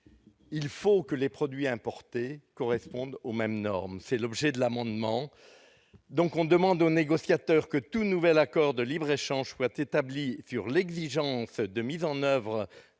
il faut que les produits importés correspondent aux mêmes normes c'est l'objet de l'amendement, donc on demande aux négociateurs que tout nouvel accord de libre-échange soit établi sur l'exigence de mise en oeuvre